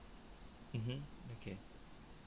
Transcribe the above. mmhmm okay